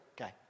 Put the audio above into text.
okay